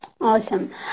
Awesome